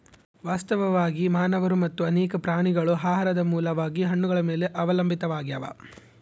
ವಾಸ್ತವವಾಗಿ ಮಾನವರು ಮತ್ತು ಅನೇಕ ಪ್ರಾಣಿಗಳು ಆಹಾರದ ಮೂಲವಾಗಿ ಹಣ್ಣುಗಳ ಮೇಲೆ ಅವಲಂಬಿತಾವಾಗ್ಯಾವ